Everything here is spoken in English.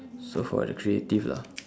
so for the creative lah